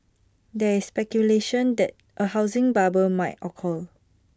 there is speculation that A housing bubble may occur